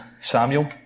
Samuel